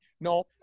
no